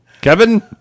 Kevin